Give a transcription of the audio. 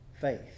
faith